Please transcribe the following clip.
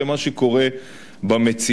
למה שקורה במציאות,